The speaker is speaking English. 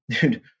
dude